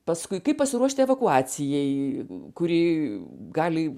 paskui kaip pasiruošti evakuacijai kurį gali